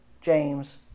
James